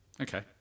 Okay